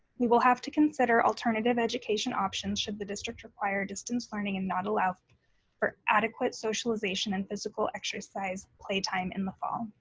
we will have to consider alternative education options should the district require distance learning and not allow for adequate socialization and physical exercise playtime in the fall.